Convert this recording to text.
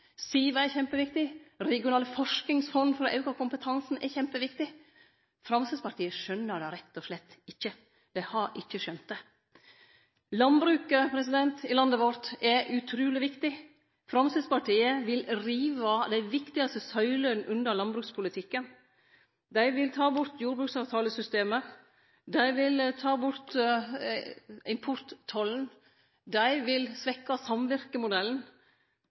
kompetansen er kjempeviktig. Framstegspartiet skjønar det rett og slett ikkje, dei har ikkje skjønt det. Landbruket i landet vårt er utruleg viktig. Framstegspartiet vil rive dei viktigaste søylene unna landbrukspolitikken. Dei vil ta bort jordbruksavtalesystemet, dei vil ta bort importtollen og dei vil svekkje samvirkemodellen.